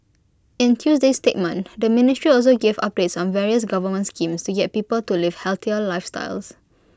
in Tuesday's statement the ministry also gave updates on various government schemes to get people to live healthier lifestyles